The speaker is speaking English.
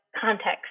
context